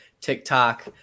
TikTok